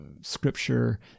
scripture